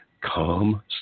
calm